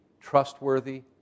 trustworthy